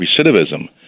recidivism